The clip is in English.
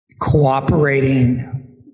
Cooperating